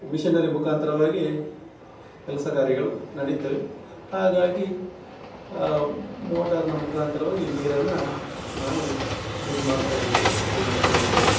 machinery ಮುಖಾಂತರವಾಗಿ ಕೆಲಸ ಕಾರ್ಯಗಳು ನಡಿತವೆ ಹಾಗಾಗಿ ಮೋಟಾರ್ನ ಮುಖಾಂತರವಾಗಿ ನೀರನ್ನು ನಾವು ಯೂಸ್ ಮಾಡ್ತಾಯಿದ್ದೇವೆ ಉಪಯೋಗಿಸ್ತಾಯಿದ್ದೇವೆ